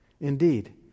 Indeed